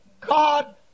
God